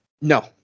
No